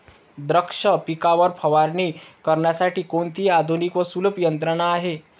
द्राक्ष पिकावर फवारणी करण्यासाठी कोणती आधुनिक व सुलभ यंत्रणा आहे?